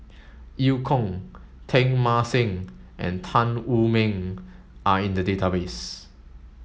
Eu Kong Teng Mah Seng and Tan Wu Meng are in the database